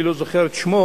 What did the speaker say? אני לא זוכר את שמו,